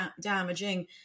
damaging